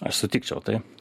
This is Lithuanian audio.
aš sutikčiau taip